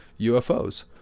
UFOs